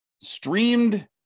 streamed